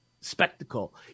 spectacle